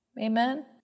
amen